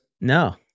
No